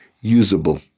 usable